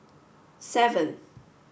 seven